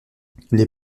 les